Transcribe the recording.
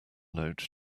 note